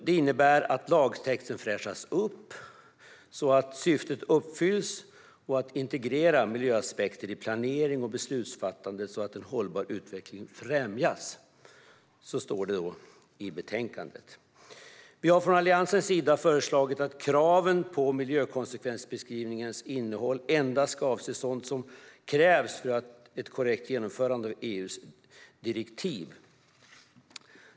De innebär att lagtexten fräschas upp, så att syftet nås om att integrera miljöaspekter i planering och beslutsfattande och så att en hållbar utveckling främjas. Så står det i betänkandet. Vi har från Alliansens sida föreslagit att kraven på miljökonsekvensbeskrivningars innehåll ska avse endast sådant som krävs för ett korrekt genomförande av EU:s direktiv.